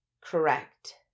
correct